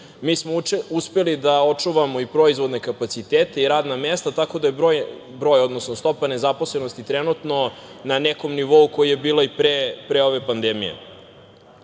Mi smo uspeli da očuvamo i proizvodne kapacitete i radna mesta, tako da je stopa nezaposlenosti trenutno na nekom nivou na kojem je bila i pre ove pandemije. Pomaganje